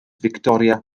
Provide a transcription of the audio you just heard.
fictoria